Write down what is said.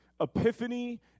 Epiphany